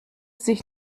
sich